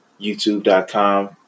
youtube.com